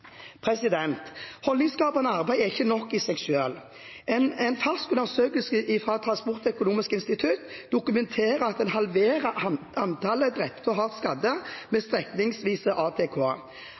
2015. Holdningsskapende arbeid er ikke nok i seg selv. En fersk undersøkelse fra Transportøkonomisk institutt dokumenterer at en halverer antallet drepte og hardt skadde med